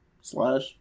slash